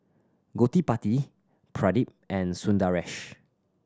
Gottipati Pradip and Sundaresh